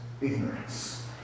ignorance